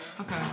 Okay